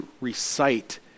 recite